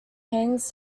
hangs